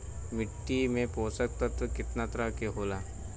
मिट्टी में पोषक तत्व कितना तरह के होला?